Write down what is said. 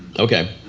okay,